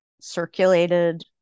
circulated